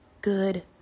good